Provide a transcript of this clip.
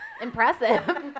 Impressive